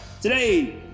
Today